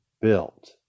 built